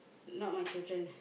not my children